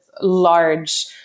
large